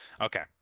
okay